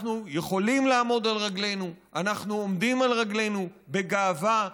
אנחנו יכולים לעמוד על רגלינו ואנחנו עומדים על רגלינו בגאווה.